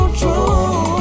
true